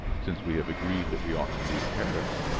since we have agreed that we ought to leave paris?